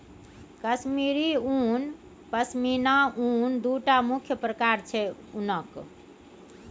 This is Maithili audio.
कश्मीरी उन, पश्मिना उन दु टा मुख्य प्रकार छै उनक